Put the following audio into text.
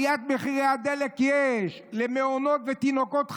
עליית מחירי הדלק יש, למעונות ותינוקות חרדים,